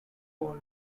waldo